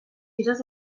fires